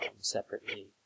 separately